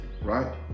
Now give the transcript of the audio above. Right